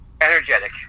Energetic